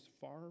far